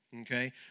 Okay